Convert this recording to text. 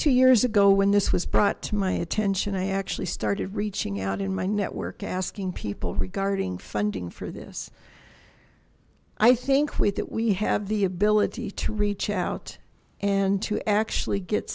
two years ago when this was brought to my attention i actually started reaching out in my network asking people regarding funding for this i think with that we have the ability to reach out and to actually get